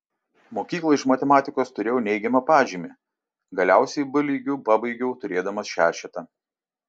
mokykloje iš matematikos turėjau neigiamą pažymį galiausiai b lygiu pabaigiau turėdamas šešetą